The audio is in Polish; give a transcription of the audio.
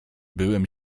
byłem